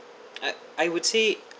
I I would say